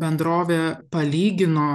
bendrovė palygino